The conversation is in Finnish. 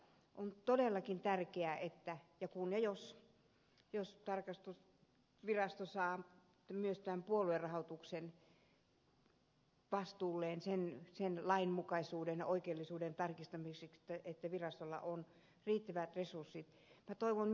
on todellakin tärkeää jos ja kun tarkastusvirasto saa myös tämän puoluerahoituksen vastuulleen sen lainmukaisuuden ja oikeellisuuden tarkistamiseksi että virastolla on riittävät resurssit